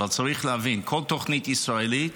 אבל צריך להבין שכל תוכנית ישראלית